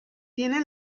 tiene